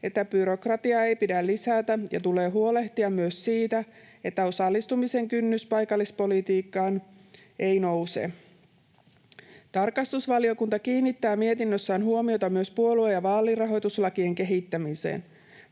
että byrokratiaa ei pidä lisätä ja tulee huolehtia myös siitä, että osallistumisen kynnys paikallispolitiikkaan ei nouse. Tarkastusvaliokunta kiinnittää mietinnössään huomiota myös puolue‑ ja vaalirahoituslakien kehittämiseen.